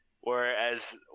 Whereas